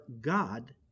God